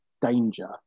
danger